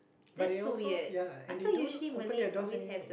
but they also ya and they don't open their doors anyway